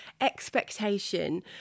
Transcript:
expectation